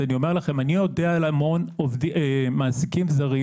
אני יודע על המון מעסיקים זרים,